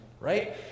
right